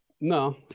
No